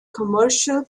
commercial